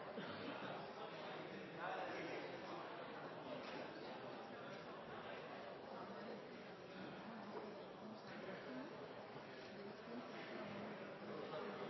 her er